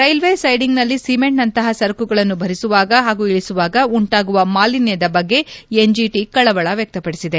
railway ಸೈಡಿಂಗ್ನಲ್ಲಿ ಸಿಮೆಂಟ್ನಂತಹ ಸರಕುಗಳನ್ನು ಭರಿಸುವಾಗ ಹಾಗೂ ಇಳಿಸುವಾಗ ಉಂಟಾಗುವ ಮಾಲಿನ್ನದ ಬಗ್ಗೆ ಎನ್ಜಟಿ ಕಳವಳ ವ್ಯಕ್ತಪಡಿಸಿದೆ